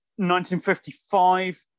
1955